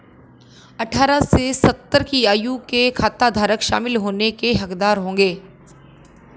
अठारह से सत्तर वर्ष की आयु के खाताधारक शामिल होने के हकदार होंगे